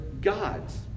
gods